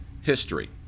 history